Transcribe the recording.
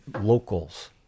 locals